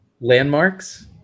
Landmarks